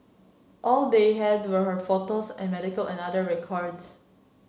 all they had were her photos and medical and other records